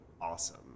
awesome